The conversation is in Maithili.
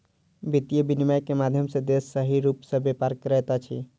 वित्तीय विनियम के माध्यम सॅ देश सही रूप सॅ व्यापार करैत अछि